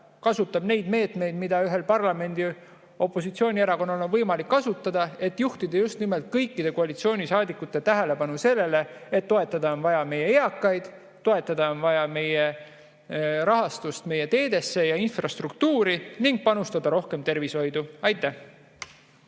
kasutab meetmeid, mida ühel parlamendi opositsioonierakonnal on võimalik kasutada, et juhtida just nimelt kõikide koalitsioonisaadikute tähelepanu sellele, et toetada on vaja meie eakaid, toetada on vaja meie teede ja infrastruktuuri rahastamist ning